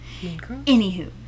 Anywho